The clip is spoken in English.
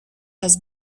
has